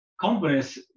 Companies